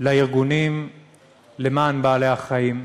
לארגונים למען בעלי-החיים,